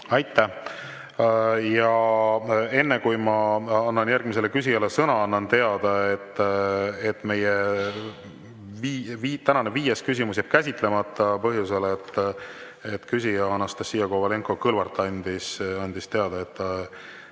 Aitäh! Enne kui ma annan järgmisele küsijale sõna, annan teada, et meie tänane viies küsimus jääb käsitlemata põhjusel, et küsija Anastassia Kovalenko-Kõlvart andis teada, et